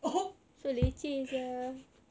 oh [ho]